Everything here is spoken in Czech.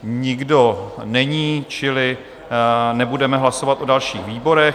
Nikdo není, čili nebudeme hlasovat o dalších výborech.